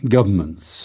Governments